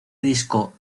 disco